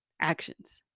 Actions